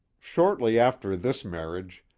shortly after this marriage,